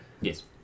Yes